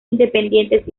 independientes